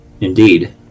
Indeed